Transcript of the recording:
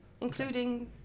including